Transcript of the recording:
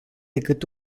decât